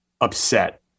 upset